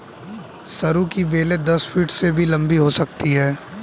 सरू की बेलें दस फीट से भी लंबी हो सकती हैं